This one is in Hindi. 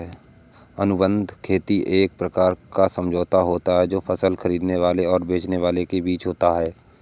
अनुबंध खेती एक प्रकार का समझौता होता है जो फसल खरीदने वाले और बेचने वाले के बीच होता है